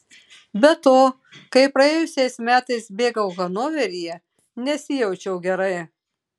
be to kai praėjusiais metais bėgau hanoveryje nesijaučiau gerai